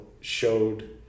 showed